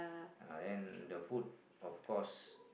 uh then the food of course